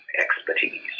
expertise